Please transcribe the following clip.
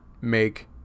make